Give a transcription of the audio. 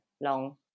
long